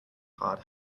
hard